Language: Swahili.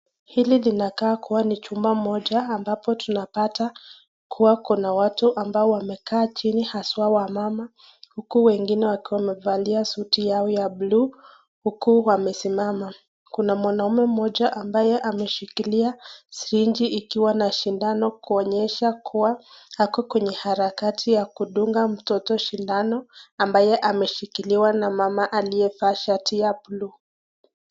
Hili linakaa kuwa ni chuma moja ambapo tunapata kuwa kuna watu ambao wamekaa chini haswa wamama huku wengine wakiwa wamevalia suti yao ya buluu huku wamesimama. Kuna mwanaume mmoja ambaye ameshikilia sirinji ikiwa na sindano kuonyesha kuwa ako kwenye harakati ya kudunga mtoto sindano ambaye ameshikilia na mama aliyevaa shati ya buluu.